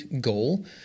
goal